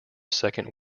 second